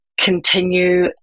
continue